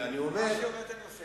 מה שהיא אומרת אני עושה.